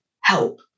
help